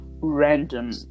random